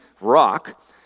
rock